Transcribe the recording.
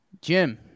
Jim